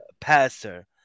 passer